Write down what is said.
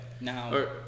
Now